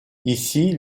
ici